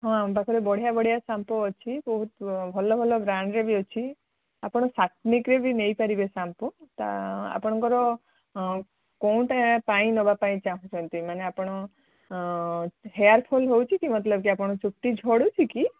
ହଁ ଆମ ପାଖରେ ବଢ଼ିଆ ବଢ଼ିଆ ସାମ୍ପୋ ଅଛି ବହୁତ ଭଲ ଭଲ ବ୍ରାଣ୍ଡର ବି ଅଛି ଆପଣ ସାତ୍ମିକର ବି ନେଇପାରିବେ ସାମ୍ପୋ ତା ଆପଣଙ୍କର କେଉଁଟା ପାଇଁ ନେବା ପାଇଁ ଚାହୁଁଛନ୍ତି ମାନେ ଆପଣ ହେୟାର୍ ଫଲ୍ ହେଉଛି କି ମତଲବ ଆପଣଙ୍କ ଚୁଟି ଝଡ଼ୁଛି କି